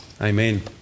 Amen